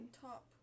Top